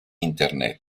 internet